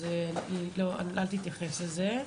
אז אל תתייחס לזה,